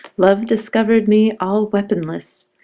love discovered me all weaponless,